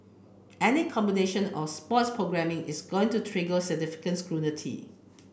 any combination of sports programming is going to trigger significant scrutiny